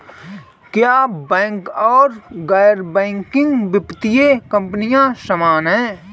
क्या बैंक और गैर बैंकिंग वित्तीय कंपनियां समान हैं?